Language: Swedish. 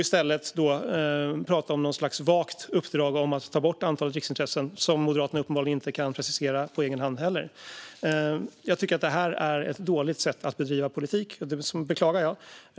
I stället talar man om något slags vagt uppdrag att ta bort antalet riksintressen - ett uppdrag som Moderaterna uppenbarligen inte heller kan precisera på egen hand. Jag tycker att detta är ett dåligt sätt att bedriva politik, och jag beklagar det.